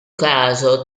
caso